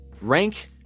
Rank